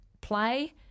Play